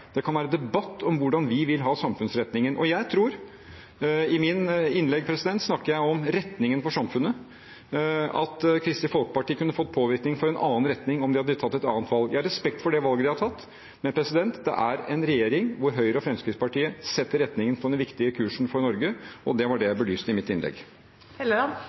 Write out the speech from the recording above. Det kan være debatt om hvordan vi vil ha samfunnsretningen. Og jeg tror – i mitt innlegg snakker jeg om retningen for samfunnet – at Kristelig Folkeparti kunne fått påvirke i en annen retning om de hadde tatt et annet valg. Jeg har respekt for valget de har tatt, men det er en regjering hvor Høyre og Fremskrittspartiet setter retningen for den viktige kursen for Norge, og det var det jeg belyste i mitt